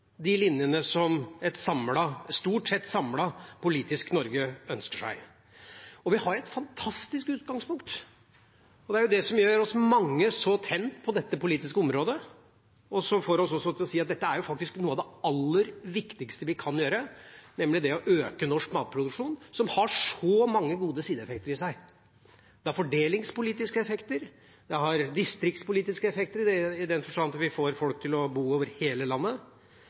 de linjene som et stort sett samlet politisk Norge ønsker seg. Vi har et fantastisk utgangspunkt, og det er det som gjør mange så tent på dette politiske området, og som også får oss til å si at dette er noe av det aller viktigste vi kan gjøre, nemlig å øke norsk matproduksjon, som har så mange gode sideeffekter i seg. Det har fordelingspolitiske effekter, det har distriktspolitiske effekter, i den forstand at vi får folk til å bo over hele landet,